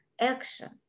action